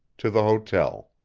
to the hotel.